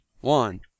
one